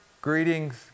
greetings